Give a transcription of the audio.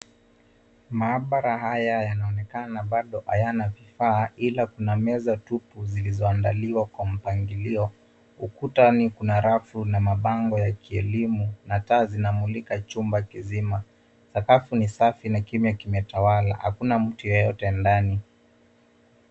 Maabara haya yanaonekana bado hayana vifaa ila kuna meza tupu zilizoandaliwa kwa mpangilio. Ukutani kuna rafu na mabango ya kielimu na taa zinamulika chumba kizima. Sakafu ni safi na kimya kimetawala. Hakuna mtu yeyote ndani.